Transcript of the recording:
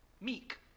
Meek